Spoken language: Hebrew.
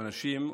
או אנשים,